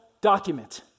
document